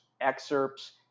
excerpts